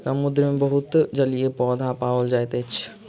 समुद्र मे बहुत जलीय पौधा पाओल जाइत अछि